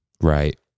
Right